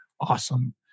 awesome